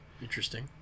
interesting